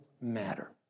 matter